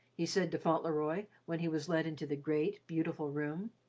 he said to fauntleroy, when he was led into the great, beautiful room.